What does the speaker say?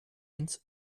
ins